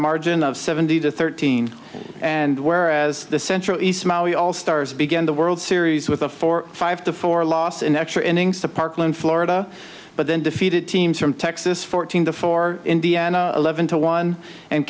margin of seventy to thirteen and where as the central east maui all stars began the world series with a four five to four loss in extra innings to parklane florida but then defeated teams from texas fourteen the four indiana eleven to one and